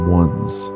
one's